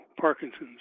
Parkinson's